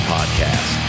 Podcast